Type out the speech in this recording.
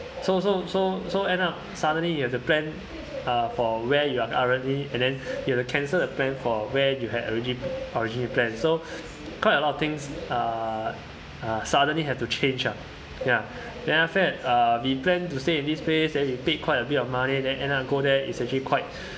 so so so so end up suddenly you have to plan uh for where you are currently and then you had to cancel the plan for where you had already originally planned so quite a lot of things uh uh suddenly have to change lah ya then after that uh we planned to stay at this place and we paid quite a bit of money then end up go there is actually quite